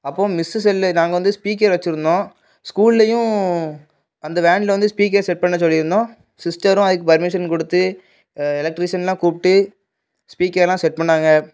அப்போது மிஸ்ஸு செல்லு நாங்கள் வந்து ஸ்பீக்கர் வைச்சிருந்தோம் ஸ்கூல்லேயும் அந்த வேனில் வந்து ஸ்பீக்கர் செட் பண்ண சொல்லியிருந்தோம் சிஸ்டரும் அதுக்கு பர்மிஷன் கொடுத்து எலெக்ட்ரிசயன்லாம் கூப்பிட்டு ஸ்பீக்கர்லாம் செட் பண்ணாங்க